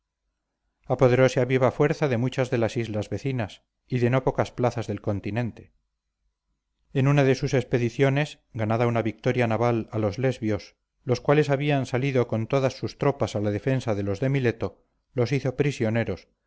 apoderóse a viva fuerza de muchas de las islas vecinas y de no pocas plazas del continente en una de sus expediciones ganada una victoria naval a los lesbios los cuales habían salido con todas sus tropas a la defensa de los de mileto los hizo prisioneros